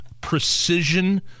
Precision